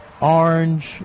orange